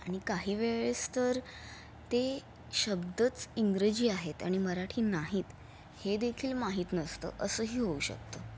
आणि काही वेळेस तर ते शब्दच इंग्रजी आहेत आणि मराठी नाहीत हे देखील माहीत नसतं असंही होऊ शकतं